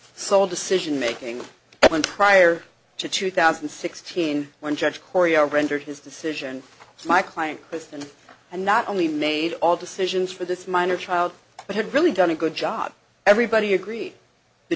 sole decision making at one prior to two thousand and sixteen when judge correa rendered his decision my client kristen and not only made all decisions for this minor child but had really done a good job everybody agreed t